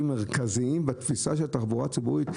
מרכזיים בתפיסה של התחבורה הציבורית?